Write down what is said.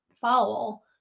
follow